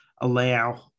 allow